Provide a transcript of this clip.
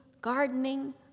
gardening